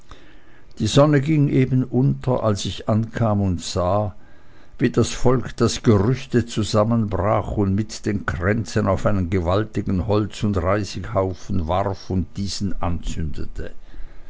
die sonne ging eben unter als ich ankam und sah wie das volk das gerüste zusammenbrach und mit den kränzen auf einen gewaltigen holz und reisighaufen warf und diesen anzündete